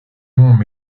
monts